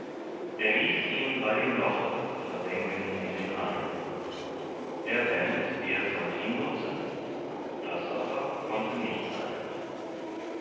er ließ ihn bei dem loche versenken in den rhein er wähnt er sollt ihn nutzen das aber konnte nicht sein